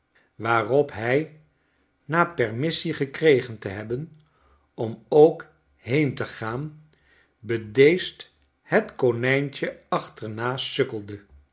waarop hij na permissie gekregen te hebben om ook heen te gaan bedeesd het konijntje achterna sukkelde